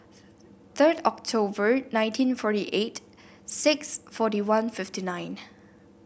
third October nineteen forty eight six forty one fifty nine